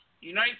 Unite